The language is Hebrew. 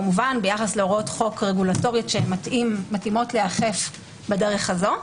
כמובן ביחס להוראות חוק רגולטורית שמתאימות להיאכף בדרך הזו.